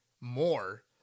more